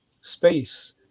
space